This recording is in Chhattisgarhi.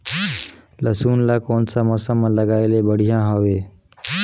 लसुन ला कोन सा मौसम मां लगाय ले बढ़िया हवे?